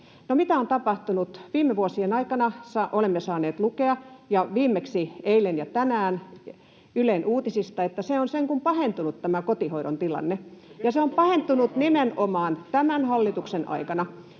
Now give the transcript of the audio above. mitä on tapahtunut? Viime vuosien aikana olemme saaneet lukea, viimeksi eilen ja tänään Ylen uutisista, että se on sen kuin pahentunut, tämä kotihoidon tilanne, ja se on pahentunut nimenomaan tämän hallituksen aikana.